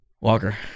Walker